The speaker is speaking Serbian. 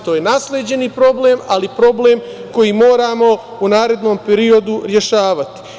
To je nasleđeni problem, ali problem koji moramo u narednom periodu rešavati.